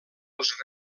els